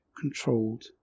controlled